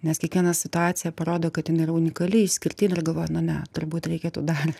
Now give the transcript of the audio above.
nes kiekviena situacija parodo kad jinai yra unikali išskirtinė ir galvoji na ne turbūt reikėtų dar